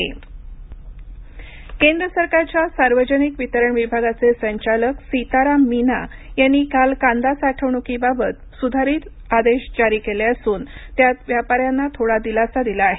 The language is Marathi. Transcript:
कांदा सुधारित आदेश केंद्र सरकारच्या सार्वजनिक वितरण विभागाचे संचालक सीताराम मीना यांनी काल कांदा साठवण्कीबाबत स्धारित आदेश जारी केले असून त्यात व्यापाऱ्यांना थोडा दिलासा दिला आहे